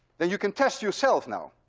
then you can test yourself now.